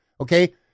okay